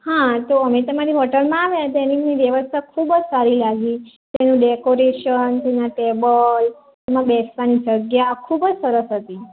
હા તો અમે તમારી હોટેલમાં આવ્યા ત્યાંની અમને વ્યવસ્થા ખૂબ જ સારી લાગી ત્યાંનું ડેકોરેશન ત્યાંના ટેબલ તેમાં બેસવાની જગ્યા ખૂબ જ સરસ હતી